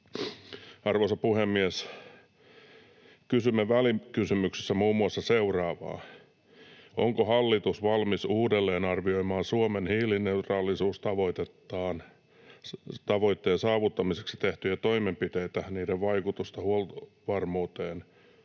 Arvoisa puhemies! Kysyimme välikysymyksessä muun muassa seuraavaa: onko hallitus valmis uudelleenarvioimaan Suomen hiilineutraalisuustavoitetta, tavoitteen saavuttamiseksi tehtyjä toimenpiteitä, niiden vaikutusta huoltovarmuuteen